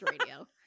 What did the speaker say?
radio